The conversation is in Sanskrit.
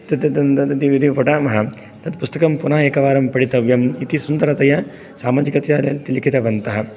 यदि पठामः तत् पुस्तकं पुनः एकवारं पठितव्यम् इति सुन्दरतया सामाजिकस्य लिखितवन्तः